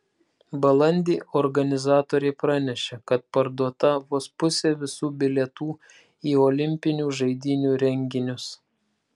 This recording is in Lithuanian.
balandį organizatoriai pranešė kad parduota vos pusė visų bilietų į olimpinių žaidynių renginius